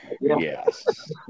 Yes